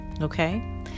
Okay